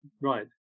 right